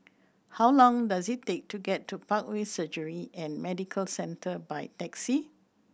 how long does it take to get to Parkway Surgery and Medical Centre by taxi